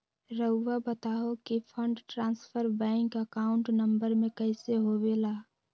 रहुआ बताहो कि fund transfer bank account number में कैसे होबेला?